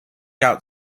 out